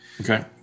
Okay